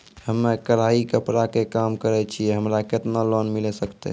हम्मे कढ़ाई कपड़ा के काम करे छियै, हमरा केतना लोन मिले सकते?